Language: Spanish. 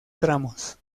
tramos